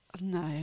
No